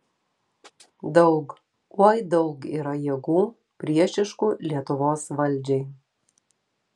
daug oi daug yra jėgų priešiškų lietuvos valdžiai